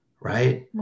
right